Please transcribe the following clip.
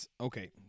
Okay